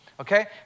Okay